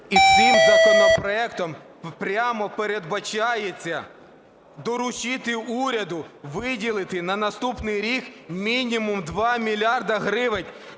І цим законопроектом прямо передбачається доручити уряду виділити на наступний рік мінімум 2 мільярди гривень